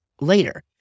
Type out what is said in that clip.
later